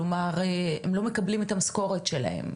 כלומר הם לא מקבלים את המשכורת שלהם,